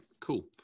cool